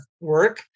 work